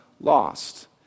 lost